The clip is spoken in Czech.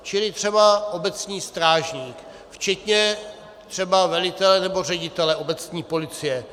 Čili třeba obecní strážník, včetně třeba velitele nebo ředitele obecní policie.